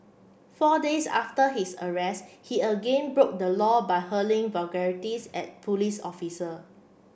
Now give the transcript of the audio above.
four days after his arrest he again broke the law by hurling vulgarities at police officer